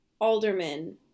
alderman